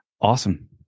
Awesome